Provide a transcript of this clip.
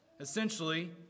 Essentially